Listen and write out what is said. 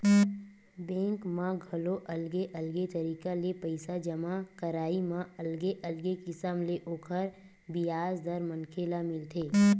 bank म घलो अलगे अलगे तरिका ले पइसा जमा करई म अलगे अलगे किसम ले ओखर बियाज दर मनखे ल मिलथे